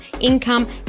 income